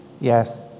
Yes